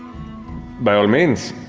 by all means.